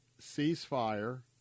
ceasefire